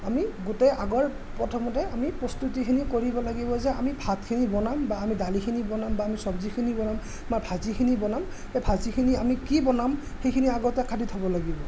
আমি গোটেই আগৰ প্ৰথমতে আমি প্ৰস্তুতিখিনি কৰিব লাগিব যে আমি ভাতখিনি বনাম বা আমি দালিখিনি বনাম বা আমি চব্জিখিনি বনাম বা ভাজিখিনি বনাম ভাজিখিনি আমি কি বনাম সেইখিনি আগতে কাটি থ'ব লাগিব